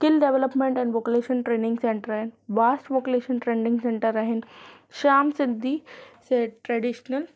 skill development ऐं vocational training centre आहिनि वास वोक्लेशन ट्रेनिंग सेंटर आहिनि श्याम सिंधी ट्रेडिशनल